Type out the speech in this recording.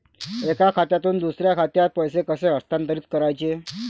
एका खात्यातून दुसऱ्या खात्यात पैसे कसे हस्तांतरित करायचे